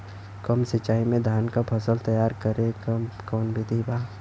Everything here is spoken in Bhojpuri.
कम सिचाई में धान के फसल तैयार करे क कवन बिधि बा?